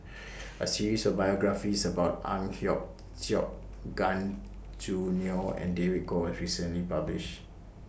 A series of biographies about Ang Hiong Chiok Gan Choo Neo and David Kwo recently published